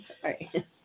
sorry